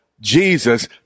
Jesus